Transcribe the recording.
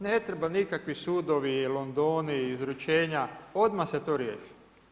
Ne trebaju nikakvi sudovi i London i izručenja, odmah se to riješi.